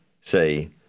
say